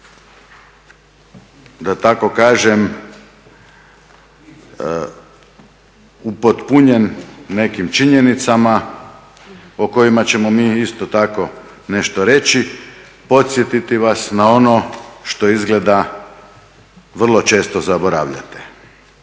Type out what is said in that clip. da tako kažem, upotpunjen nekim činjenicama o kojima ćemo mi isto tako nešto reći, podsjetiti vas na ono što izgleda vrlo često zaboravljate.